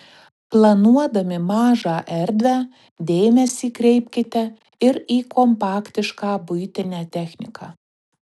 planuodami mažą erdvę dėmesį kreipkite ir į kompaktišką buitinę techniką